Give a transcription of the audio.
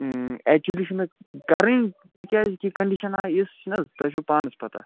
actually چھِ مےٚ کَرٕنۍ تِکیٛازِ کہِ کَنٛڈِشَن آیہِ یِژھ چھِنہٕ حظ تۄہہِ چھُو پانَس پتاہ